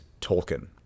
tolkien